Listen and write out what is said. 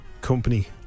company